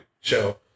show